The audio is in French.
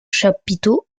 chapiteaux